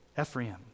Ephraim